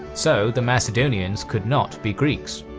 so the macedonians could not be greeks.